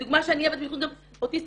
בדוגמה --- בייחוד גם אוטיסטים,